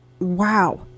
wow